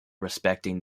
respecting